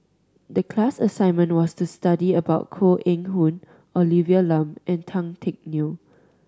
the class assignment was to study about Koh Eng Hoon Olivia Lum and Tan Teck Neo